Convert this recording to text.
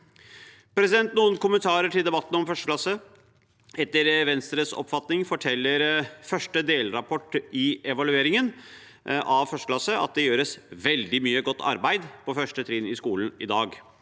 mot forslaget. Noen kommentarer til debatten om 1. klasse: Etter Venstres oppfatning forteller første delrapport i evalueringen av 1. klasse at det gjøres veldig mye godt arbeid på 1. trinn i skolen i dag.